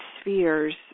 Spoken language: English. spheres